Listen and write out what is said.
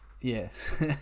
yes